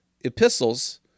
epistles